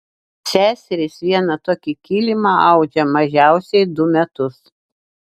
seserys vieną tokį kilimą audžia mažiausiai du metus